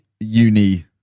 uni